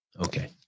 Okay